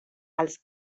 els